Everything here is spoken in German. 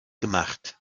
gemacht